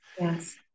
Yes